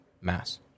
mass